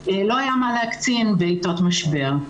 לא היה מה להקצין בעתות משבר.